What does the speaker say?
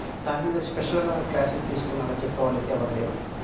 దాని మీద స్పెషల్గా క్లాసెస్ తీసుకున్న అలా చెప్పే వాళ్ళ అయితే ఎవరు లేరు